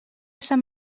sant